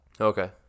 Okay